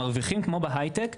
מרוויחים כמו בהייטק,